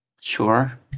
Sure